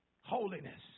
Holiness